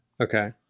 Okay